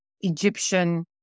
Egyptian